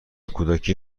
کودکی